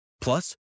Plus